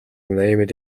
named